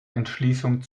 entschließung